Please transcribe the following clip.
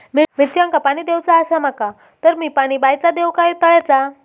मिरचांका पाणी दिवचा आसा माका तर मी पाणी बायचा दिव काय तळ्याचा?